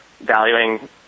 valuing